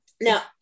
Now